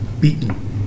beaten